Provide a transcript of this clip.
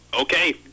okay